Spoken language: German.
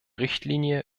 richtlinie